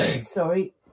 Sorry